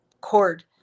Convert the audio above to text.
cord